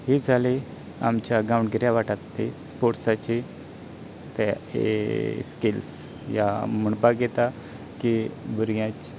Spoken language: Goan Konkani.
ही जाली आमच्या गांवगिऱ्या वाटारांतली स्पोर्ट्साची ते ए स्किल्स या म्हणपाक येता की भुरग्या